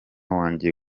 wanjye